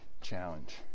challenge